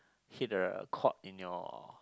hit the court in your